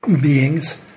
beings